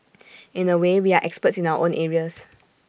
in A way we are experts in our own areas